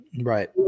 Right